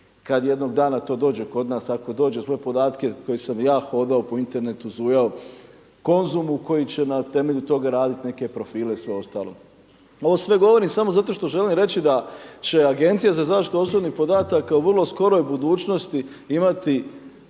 kad jednog dana dođe to kod nas, ako dođe, svoje podatke koje sam ja hodao po Internetu zujao o Konzumu, koji će na temelju toga raditi neke profile i sve ostalo. Ovo sve govorim samo zato što želim reći da će Agencija za zaštitu osobnih podataka u vrlo skoroj budućnosti imati